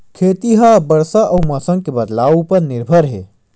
खेती हा बरसा अउ मौसम के बदलाव उपर निर्भर हे